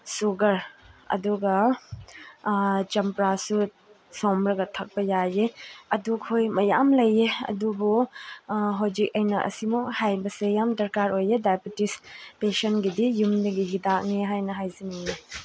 sugar ꯑꯗꯨꯒ ꯆꯝꯄ꯭ꯔꯥꯁꯨ ꯁꯨꯝꯂꯒ ꯊꯛꯄ ꯌꯥꯏꯌꯦ ꯑꯗꯨꯈꯣꯏ ꯃꯌꯥꯝ ꯂꯩꯌꯦ ꯑꯗꯨꯕꯨ ꯍꯧꯖꯤꯛ ꯑꯩꯅ ꯑꯁꯤꯃꯨꯛ ꯍꯥꯏꯕꯁꯦ ꯌꯥꯝ ꯗꯔꯀꯥꯔ ꯑꯣꯏꯌꯦ ꯗꯥꯏꯕꯤꯇꯤꯁ ꯄꯦꯁꯦꯟꯒꯤꯗꯤ ꯌꯨꯝꯗꯒꯤ ꯍꯤꯗꯥꯛꯅꯤ ꯍꯥꯏꯅ ꯍꯥꯏꯖꯅꯤꯡꯉꯤ